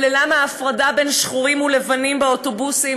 ולמה הפרדה בין שחורים ולבנים באוטובוסים